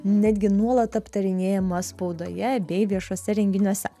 netgi nuolat aptarinėjama spaudoje bei viešuose renginiuose